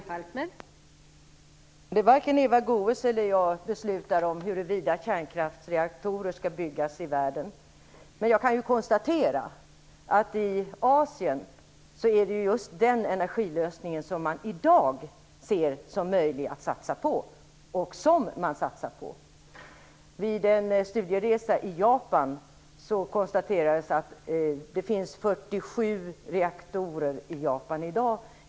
Fru talman! Varken Eva Goës eller jag beslutar om huruvida kärnkraftsreaktorer skall byggas i världen. Jag kan konstatera att i Asien är det just den energilösning som man i dag ser som möjlig att satsa på och som man satsar på. Vid en studieresa i Japan konstaterades att det finns 47 reaktorer i Japan i dag.